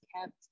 kept